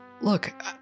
look